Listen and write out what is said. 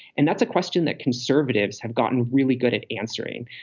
and that's a question that conservatives have gotten really good at answering.